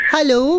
Hello